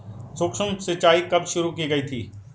सूक्ष्म सिंचाई कब शुरू की गई थी?